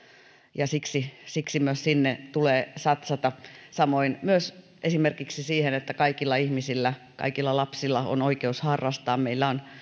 ja siksi siksi myös sinne tulee satsata samoin esimerkiksi siihen että kaikilla ihmisillä myös lapsilla on oikeus harrastaa meillä on